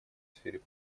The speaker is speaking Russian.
сфере